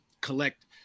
collect